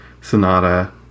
sonata